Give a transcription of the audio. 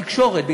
בתקשורת.